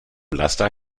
laster